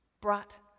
brought